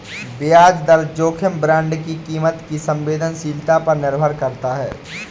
ब्याज दर जोखिम बांड की कीमत की संवेदनशीलता पर निर्भर करता है